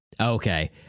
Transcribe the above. Okay